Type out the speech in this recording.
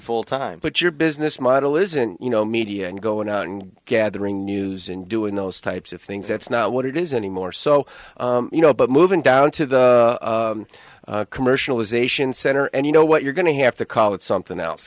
full time but your business model isn't you know media and go and gathering news and doing those types of things that's not what it is anymore so you know but moving down to the commercialization center and you know what you're going to have to call it something else